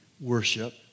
worship